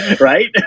right